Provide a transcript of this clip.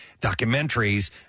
documentaries